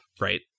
right